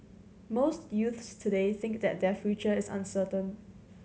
most youths today think that their future is uncertain